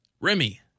Remy